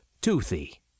toothy